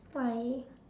why